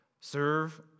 serve